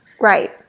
Right